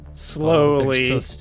Slowly